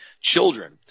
children